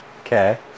Okay